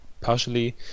partially